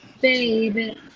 Baby